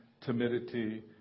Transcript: timidity